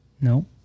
No